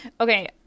Okay